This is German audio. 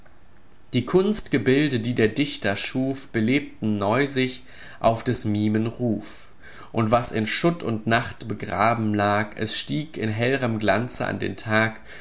die kunstgebilde die der dichter schuf belebten neu sich auf des mimen ruf und was in schutt und nacht begraben lag es stieg in hell'rem glanze an den tag